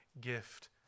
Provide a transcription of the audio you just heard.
gift